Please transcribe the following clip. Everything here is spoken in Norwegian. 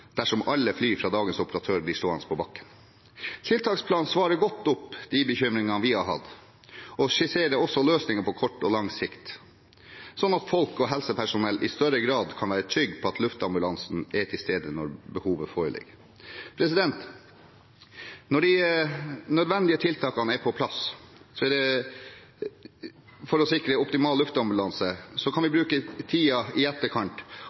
dersom alle fly fra dagens operatør blir stående på bakken. Tiltaksplanen svarer godt på de bekymringer vi har hatt, og skisserer også løsninger på kort og lang sikt, slik at folk og helsepersonell i større grad kan være trygge på at luftambulansen er til stede når behovet er der. Når de nødvendige tiltakene er på plass for å sikre optimal luftambulanse, kan vi bruke tiden i etterkant